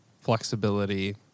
flexibility